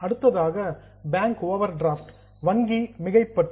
அடுத்ததாக bank overdraft வங்கி மிகைப்பற்று